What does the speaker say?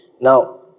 Now